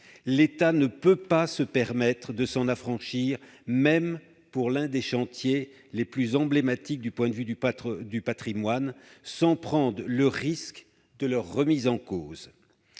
L'État ne peut pas se permettre de s'affranchir de ces lois, même pour l'un des chantiers les plus emblématiques du point de vue du patrimoine, sans prendre le risque de leur remise en cause.